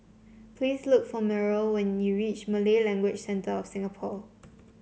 please look for Meryl when you reach Malay Language Centre of Singapore